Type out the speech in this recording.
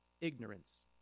ignorance